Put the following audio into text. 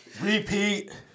Repeat